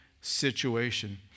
situation